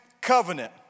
covenant